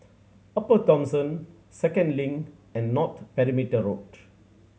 Upper Thomson Second Link and North Perimeter Road